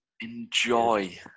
Enjoy